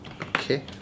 okay